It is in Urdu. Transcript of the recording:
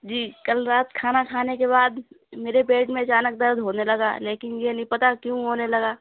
جی کل رات کھانا کھانے کے بعد میرے پیٹ میں اچانک درد ہونے لگا لیکن یہ نہیں پتہ کیوں ہونے لگا